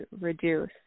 reduce